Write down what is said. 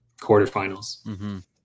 quarterfinals